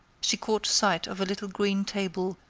she caught sight of a little green table,